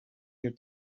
their